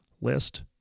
list